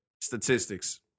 Statistics